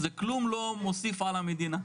זה כלום לא מוסיף על המדינה.